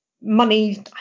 money